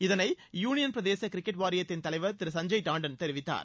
இதனை யூனியன் பிரதேச கிரிக்கெட் வாரியத்தின் தலைவர் திரு சஞ்சய் டாண்டன் தெரிவித்தார்